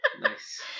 Nice